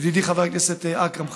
ידידי חבר הכנסת אכרם חסון,